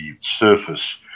surface